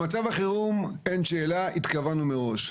במצב החירום, אין שאלה, התכוונו מראש.